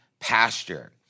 pasture